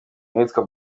n’uwitwa